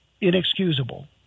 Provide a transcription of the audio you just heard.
inexcusable